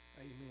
Amen